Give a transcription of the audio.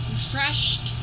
Refreshed